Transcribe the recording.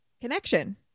connection